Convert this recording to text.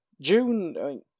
June